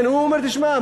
הוא אומר: תשמע,